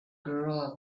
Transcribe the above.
girl